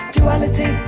Duality